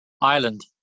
Island